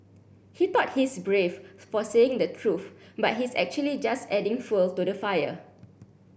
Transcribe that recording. he thought he's brave for saying the truth but he's actually just adding fuel to the fire